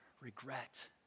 regret